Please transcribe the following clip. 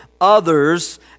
others